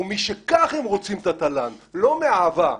ומשכך הם רוצים את התל"ן, לא מאהבה,